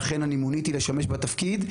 ואכן אני מוניתי לשמש בתפקיד.